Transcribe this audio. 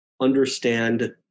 understand